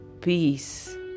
Peace